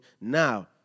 Now